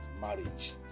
marriage